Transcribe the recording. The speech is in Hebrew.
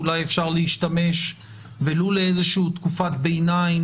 אולי אפשר להשתמש ולו לאיזושהי תקופת ביניים בהם.